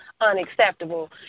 unacceptable